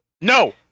No